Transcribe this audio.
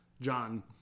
John